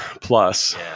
Plus